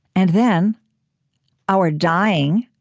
and then our dying